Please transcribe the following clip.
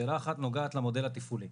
שאלה אחת נוגעת למודל התפעולי,